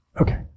Okay